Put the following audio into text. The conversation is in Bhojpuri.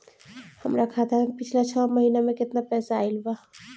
हमरा खाता मे पिछला छह महीना मे केतना पैसा आईल बा?